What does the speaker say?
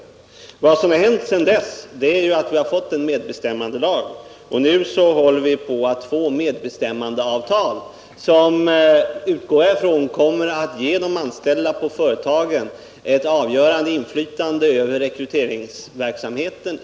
Vad som skett sedan dess är ju att vi har fått en medbestämmandelag och nu håller på att få medbestämmandeavtal, och jag utgår ifrån att dessa kommer att ge de anställda på företagen ett avgörande inflytande över dessas rekryteringsverksamhet.